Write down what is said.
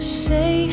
Say